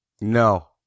No